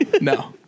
no